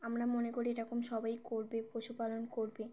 আমরা মনে করি এ রকম সবাই করবে পশুপালন করবে